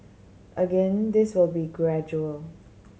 again this will be gradual